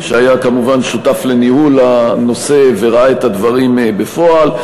שהיה כמובן שותף לניהול הנושא וראה את הדברים בפועל,